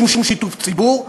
שום שיתוף ציבור.